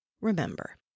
Remember